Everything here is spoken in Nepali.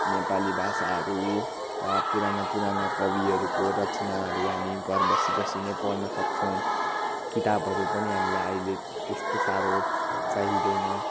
नेपाली भाषाहरूका पुराना पुराना कविहरूको रचनाहरू हामी घर बसी बसी नै पढ्न सक्छौँ किताबहरू पनि हामीलाई अहिले त्यस्तो साह्रो चाहिँदैन